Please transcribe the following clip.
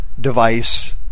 device